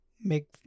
Make